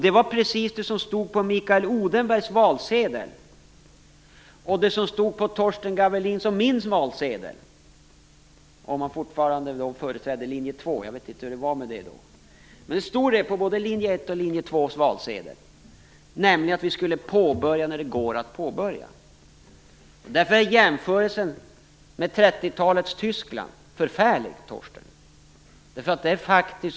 Det var precis det som stod på Mikael Odenbergs valsedel och på Torsten Gavelins och min valsedel - om han fortfarande då företrädde linje 2. Det stod på både linje 1:s och linje 2:s valsedel, att vi skulle börja avvecklingen när det går att påbörja. Därför är jämförelsen med 30-talets Tyskland förfärlig, Torsten Gavelin.